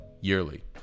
yearly